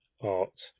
art